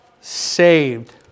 saved